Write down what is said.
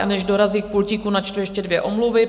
Než dorazí k pultíku, načtu ještě dvě omluvy.